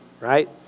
right